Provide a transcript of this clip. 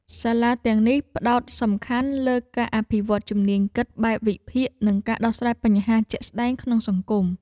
សាលាទាំងនេះផ្ដោតសំខាន់លើការអភិវឌ្ឍជំនាញគិតបែបវិភាគនិងការដោះស្រាយបញ្ហាជាក់ស្តែងក្នុងសង្គម។